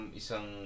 isang